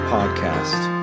Podcast